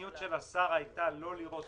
רק שהמדיניות של השר הייתה לא לראות